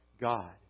God